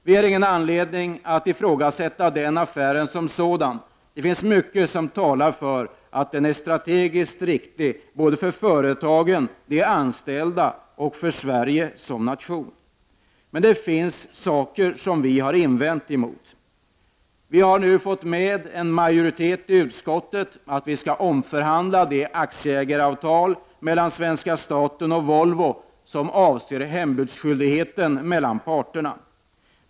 Vi har ingen anledning att ifrågasätta den affären som sådan. Det finns mycket som talar för att den är strategiskt riktig, både för företagen, för de anställda och för Sverige som nation. Det finns dock inslag som vi har invänt emot. Vi har nu fått med oss en majoritet i utskottet på en omförhandling av det aktieägaravtal mellan svenska staten och Volvo som avser hembudsskyldigheten mellan parterna.